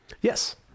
Yes